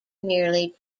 nearly